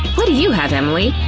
what do you have, emily?